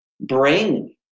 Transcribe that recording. bring